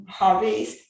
hobbies